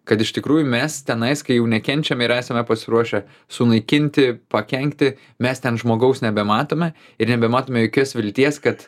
kad iš tikrųjų mes tenais kai jau nekenčiam ir esame pasiruošę sunaikinti pakenkti mes ten žmogaus nebematome ir nebematome jokios vilties kad